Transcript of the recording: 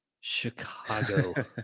chicago